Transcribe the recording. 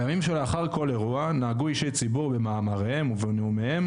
בימים שלאחר כל אירוע נהגו אישי ציבור במאמריהם ובנאומיהם